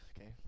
okay